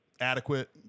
Adequate